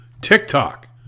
TikTok